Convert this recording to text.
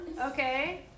okay